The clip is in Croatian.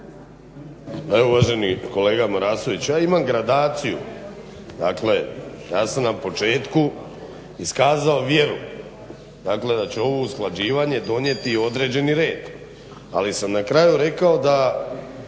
uvaženi kolega Marasović, ja imam gradaciju. Dakle ja sam na početku iskazao vjeru dakle da ću ovo usklađivanje donijeti određeni red ali sam na kraju rekao da